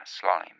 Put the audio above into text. slime